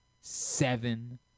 seven